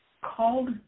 called